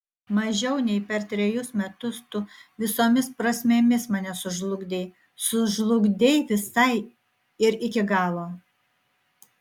mažiau nei per trejus metus tu visomis prasmėmis mane sužlugdei sužlugdei visai ir iki galo